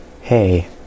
Hey